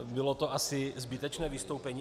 Bylo to asi zbytečné vystoupení.